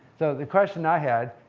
so the question i had,